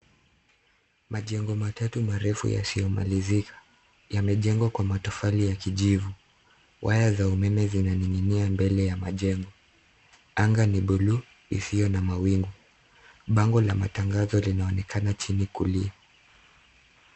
Majengo matatu marefu yasiyomalizika yamejengwa kwa matofali ya kijivu. Waya za umeme zinaning'inia mbele ya majengo. Anga ni buluu isiyo na mawingu. Bango la matangazo linaonekana chini kulia.